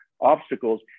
obstacles